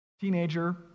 teenager